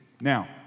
Now